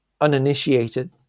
uninitiated